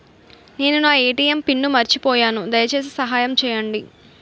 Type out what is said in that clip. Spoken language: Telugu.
నేను నా ఎ.టి.ఎం పిన్ను మర్చిపోయాను, దయచేసి సహాయం చేయండి